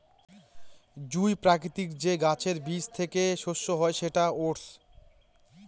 জুঁই প্রকৃতির যে গাছের বীজ থেকে শস্য হয় সেটা ওটস